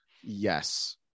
Yes